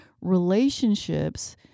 relationships